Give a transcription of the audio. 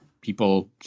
people